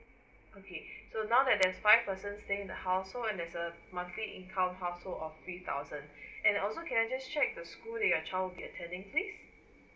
okay so now there are five person staying in the household and there's a monthly income household of three thousand and also can I just check the school that your child will be attending please